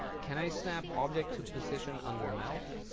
can i snap object to position under mouse?